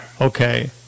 Okay